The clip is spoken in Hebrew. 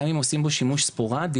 גם אם עושים בו שימוש ספורדי,